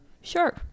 Sure